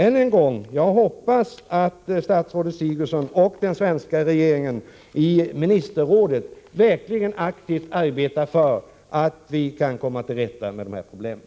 Än en gång: Jag hoppas att statsrådet Sigurdsen och den svenska regeringen i Ministerrådet verkligen aktivt arbetar för att komma till rätta med de här problemen.